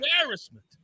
embarrassment